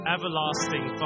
Everlasting